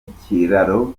ikiraro